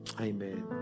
Amen